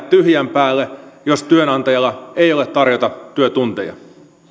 tyhjän päälle jos työnantajalla ei ole tarjota työtunteja